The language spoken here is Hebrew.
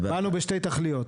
באנו בשתי תכליות,